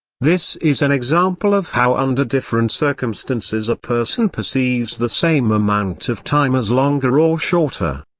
this is an example of how under different circumstances a person perceives the same amount of time as longer or shorter.